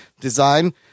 design